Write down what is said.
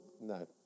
No